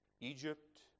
Egypt